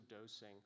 dosing